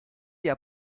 der